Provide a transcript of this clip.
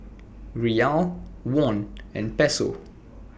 Riyal Won and Peso